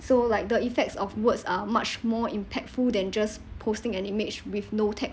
so like the effects of words are much more impactful than just posting an image with no text